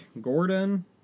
Gordon